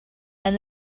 and